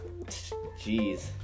Jeez